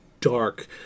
dark